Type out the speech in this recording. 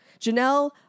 janelle